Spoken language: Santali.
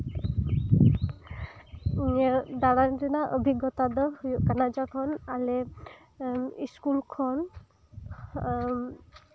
ᱤᱧᱟᱹᱜ ᱫᱟᱲᱟᱱ ᱨᱮᱱᱟᱜ ᱚᱵᱷᱤᱜᱽᱜᱚᱛᱟ ᱫᱚ ᱦᱩᱭᱩᱜ ᱠᱟᱱᱟ ᱡᱚᱠᱷᱚᱱ ᱟᱞᱮ ᱥᱠᱩᱞ ᱠᱷᱚᱱ